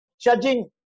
judging